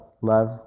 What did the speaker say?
love